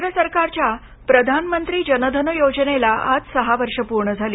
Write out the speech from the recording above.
केंद्र सरकारच्या प्रधानमंत्री जन धन योजनेला आज सहा वर्ष पूर्ण झाली